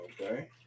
Okay